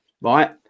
Right